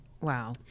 Wow